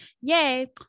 Yay